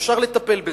אפשר לטפל בזה.